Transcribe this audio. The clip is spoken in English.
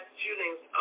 shootings